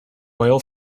oil